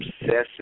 obsessive